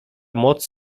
moc